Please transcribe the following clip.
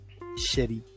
Shitty